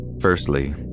Firstly